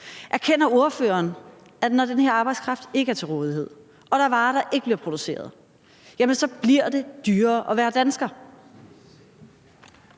Erkender ordføreren, at når den her arbejdskraft ikke er til rådighed og der er varer, der ikke bliver produceret, jamen så bliver det dyrere at være dansker?